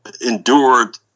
endured